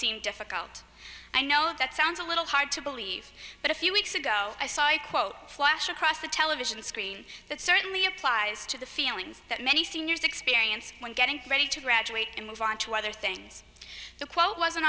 seem difficult i know that sounds a little hard to believe but a few weeks ago i saw a quote flash across the television screen that certainly applies to the feelings that many seniors experience when getting ready to graduate and move on to other things to quote wasn't